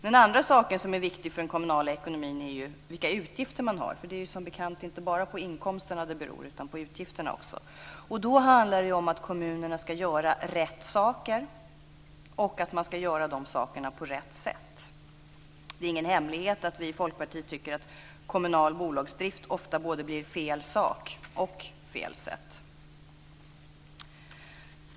Den andra saken som är viktig för den kommunala ekonomin är vilka utgifter man har. Det är som bekant inte bara på inkomsterna det hela beror på utan också på utgifterna. Då handlar det om att kommunerna ska göra rätt saker och göra de sakerna på rätt sätt. Det är ingen hemlighet att vi i Folkpartiet tycker att kommunal bolagsdrift ofta blir både fel sak och fel sätt.